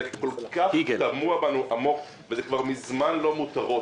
זה טבוע בנו כל כך עמוק וזה כבר מזמן לא מותרות,